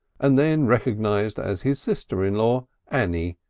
and then recognised as his sister-in-law annie,